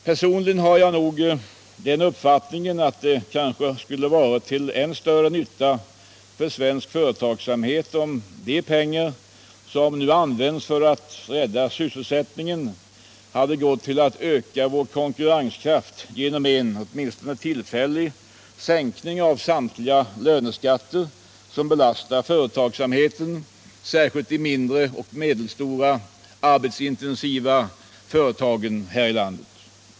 Personligen har jag den uppfattningen, att det skulle ha varit till än större nytta för svensk företagsamhet om de pengar som nu används för att rädda sysselsättningen hade gått till att öka vår konkurrenskraft genom en — åtminstone tillfällig — sänkning av löneskatter som belastar företagsamheten, särskilt de mindre och medelstora arbetsintensiva företagen.